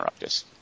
interruptus